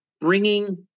bringing